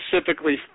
specifically